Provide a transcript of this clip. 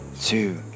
two